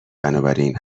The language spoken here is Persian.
بنابراین